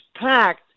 packed